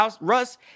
Russ